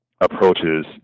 approaches